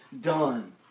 done